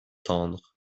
tendres